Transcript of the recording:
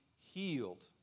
healed